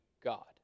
God